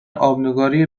آبنگاری